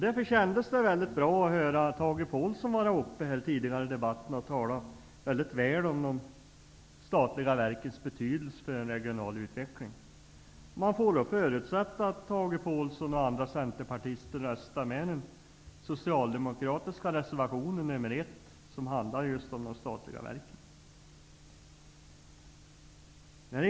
Det kändes därför mycket bra att få höra Tage Påhlsson gå upp i debatten och tala mycket väl om de statliga verkens betydelse för en regional utveckling. Man får då förutsätta att Tage Påhlsson och andra centerpartister röstar för den socialdemokratiska reservationen nr 1 som handlar om de statliga verken.